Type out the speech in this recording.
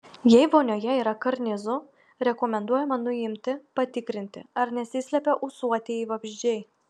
jei vonioje yra karnizų rekomenduojama nuimti patikrinti ar nesislepia ūsuotieji vabzdžiai